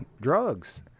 Drugs